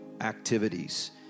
activities